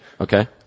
Okay